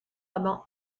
rabbin